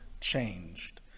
changed